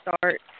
start